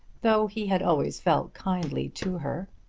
though he had always felt kindly to her.